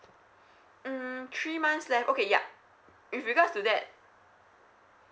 mm three months left okay yup with regards to that